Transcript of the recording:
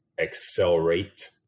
accelerate